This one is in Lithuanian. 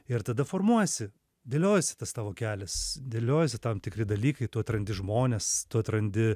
ir tada formuojasi dėliojasi tas tavo kelias dėliojasi tam tikri dalykai tu atrandi žmones tu atrandi